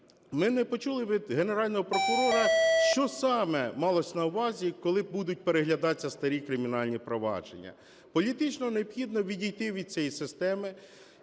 Ми не почули від Генерального прокурора, що саме малось на увазі, коли будуть переглядатись старі кримінальні провадження. Політично необхідно відійти від цієї системи,